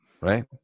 right